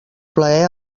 plaer